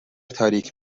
تاریک